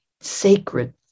sacred